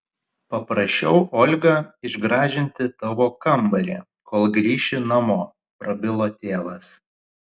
paprašiau olgą išgražinti tavo kambarį kol grįši namo prabilo tėvas